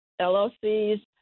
LLCs